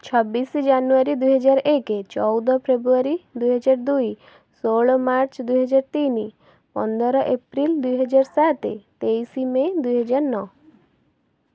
ଛବିଶ ଜାନୁଆରୀ ଦୁଇହଜାର ଏକ ଚଉଦ ଫେବୃୟାରୀ ଦୁଇହଜାର ଦୁଇ ଷୋହଳ ମାର୍ଚ୍ଚ ଦୁଇହଜାର ତିନି ପନ୍ଦର ଏପ୍ରିଲ ଦୁଇହଜାର ସାତ ତେଇଶ ମେ ଦୁଇହଜାର ନଅ